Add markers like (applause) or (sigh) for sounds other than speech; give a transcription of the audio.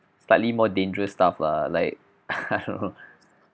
slightly more dangerous stuff lah like (laughs) I don't know